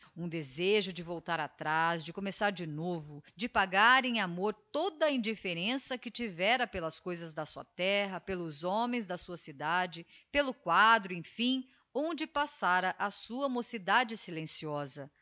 um desejo de voltar atraz de começar de novo de pagar em amor toda a indifferença que tivera pelas coisas da sua terra pelos homens da sua cidade pelo quadro emfim onde passara a sua mocidade silenciosa